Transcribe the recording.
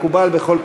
מקובל בכל פרלמנט.